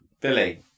Billy